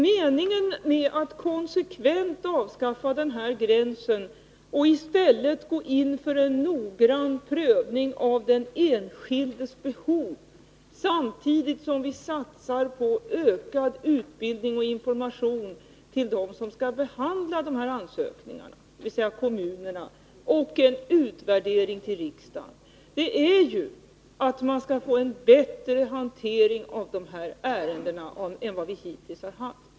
Meningen med att konsekvent avskaffa den här gränsen och i stället gå in för noggrann prövning av den enskildes behov samtidigt som vi satsar på ökad utbildning och information till dem som skall behandla ansökningarna, dvs. kommunerna, och en utvärdering till riksdagen är att man skall få en bättre hantering av dessa ärenden än vi hittills haft.